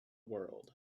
world